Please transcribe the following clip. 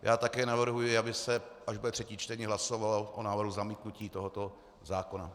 Já také navrhuji, aby se, až bude třetí čtení, hlasovalo o návrhu na zamítnutí tohoto zákona.